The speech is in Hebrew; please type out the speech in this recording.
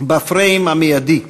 בפריים המיידי,